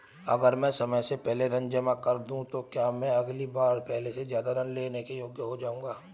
अगर मैं समय से पहले ऋण जमा कर दूं तो क्या मैं अगली बार पहले से ज़्यादा ऋण लेने के योग्य हो जाऊँगा?